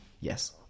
Yes